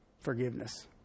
forgiveness